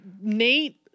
Nate